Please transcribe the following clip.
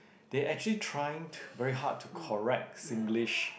they actually trying very hard to correct Singlish